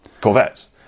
Corvettes